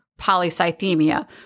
polycythemia